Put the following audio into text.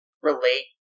relate